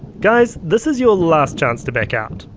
guy's, this is your last chance to back out,